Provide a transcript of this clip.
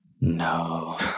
No